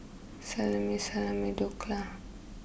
Salami Salami Dhokla